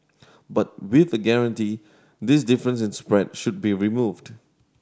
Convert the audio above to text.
but with a guarantee this difference in spread should be removed